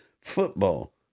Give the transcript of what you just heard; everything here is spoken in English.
football